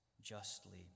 justly